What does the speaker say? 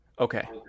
Okay